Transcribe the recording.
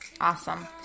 awesome